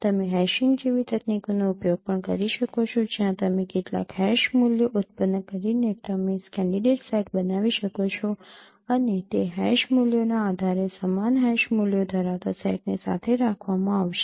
તમે હેશીંગ જેવી તકનીકોનો ઉપયોગ પણ કરી શકો છો જ્યાં તમે કેટલાક હેશ મૂલ્યો ઉત્પન્ન કરીને તમે કેન્ડિડેટ સેટ બનાવી શકો છો અને તે હેશ મૂલ્યોના આધારે સમાન હેશ મૂલ્યો ધરાવતા સેટને સાથે રાખવામાં આવશે